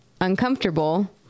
uncomfortable